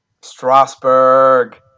Strasbourg